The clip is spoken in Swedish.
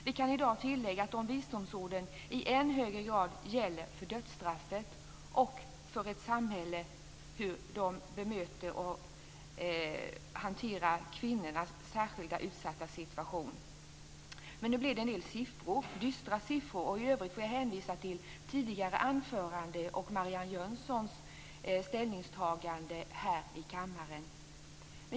Vi kan i dag tillägga att de visdomsorden i än högre grad gäller för dödsstraffet och för hur kvinnor i särskilt utsatta situationer bemöts av samhället. Nu blir det en del dystra siffror, och i övrigt får jag hänvisa till Marianne Jönssons ställningstagande i det tidigare anförandet i kammaren.